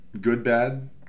good-bad